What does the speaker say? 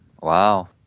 Wow